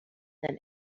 than